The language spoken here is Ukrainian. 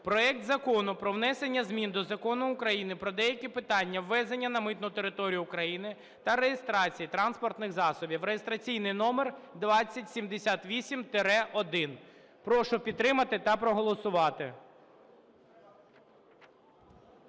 проект Закону про внесення змін до Закону України "Про деякі питання ввезення на митну територію України та реєстрації транспортних засобів" (реєстраційний номер 2078-1). Прошу підтримати та проголосувати.